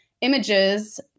images